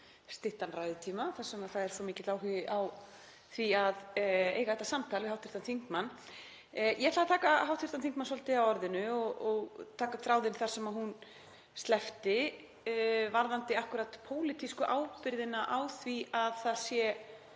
styttan ræðutíma þar sem það er svo mikill áhugi á því að eiga þetta samtal við hv. þingmann. Ég ætla að taka hv. þingmann á orðinu og taka upp þráðinn þar sem hún sleppti varðandi akkúrat pólitísku ábyrgðina á því að þessar